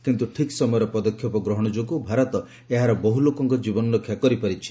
କିନ୍ତୁ ଠିକ୍ ସମୟରେ ପଦକ୍ଷେପ ଗ୍ରହଣ ଯୋଗୁଁ ଭାରତ ଏହାର ବହୁ ଲୋକଙ୍କ ଜୀବନରକ୍ଷା କରିପାରିଛି